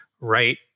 right